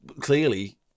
clearly